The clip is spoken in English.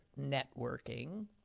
networking